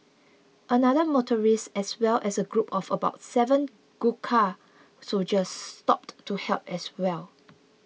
another motorist as well as a group of about seven Gurkha soldiers stopped to help as well